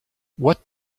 what